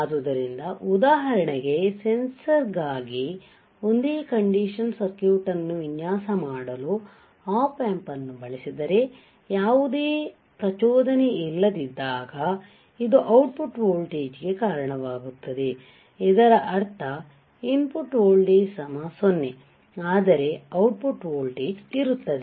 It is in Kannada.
ಆದ್ದರಿಂದ ಉದಾಹರಣೆಗೆ ಸೆನ್ಸರ್ ಗಾಗಿ ಒಂದೇ ಕಂಡೀಷನ್ ಸರ್ಕ್ಯೂಟ್ ಅನ್ನು ವಿನ್ಯಾಸಮಾಡಲು ಆಪ್ ಆಂಪ್ ಅನ್ನು ಬಳಸಿದರೆ ಯಾವುದೇ ಪ್ರಚೋದನೆ ಇಲ್ಲದಿದ್ದಾಗ ಇದು ಔಟ್ ಪುಟ್ ವೋಲ್ಟೇಜ್ ಗೆ ಕಾರಣವಾಗುತ್ತದೆ ಇದರ ಅರ್ಥ ಇನ್ ಪುಟ್ ವೋಲ್ಟೇಜ್ 0 ಆದರೆ ಔಟ್ ಪುಟ್ ವೋಲ್ಟೇಜ್ ಇರುತ್ತದೆ